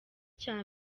cya